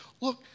Look